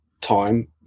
time